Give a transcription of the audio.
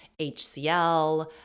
HCL